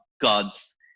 gods